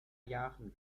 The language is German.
jahren